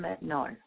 no